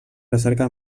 recerca